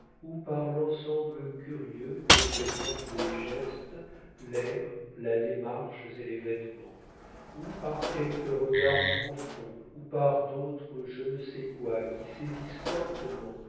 ou par l'ensemble curieux que présentent les gestes l'air la démarche et les vêtements ou par quelque regard profond ou par d'autres je ne sais quoi qui saisissent fortement